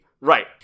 Right